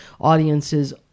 audiences